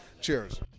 Cheers